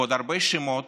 ועוד הרבה שמות,